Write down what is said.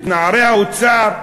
את נערי האוצר,